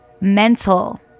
mental